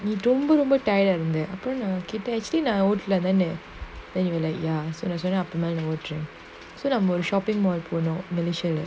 you don't pull over ரொம்பரொம்ப:romba romba tired ah okay actually lah ஊருக்குள்ளேதானே:oorukulla thane then you're like ya நான்கொஞ்சம்ஒற்றேன்:nan konjam otren shopping mall போனோம்:ponom malaysia